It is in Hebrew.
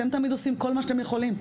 אתם תמיד עושים כל מה שאתם יכולים.